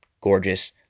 gorgeous